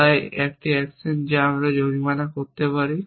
তাই একটি অ্যাকশন যা আমরা জরিমানা করতে পারি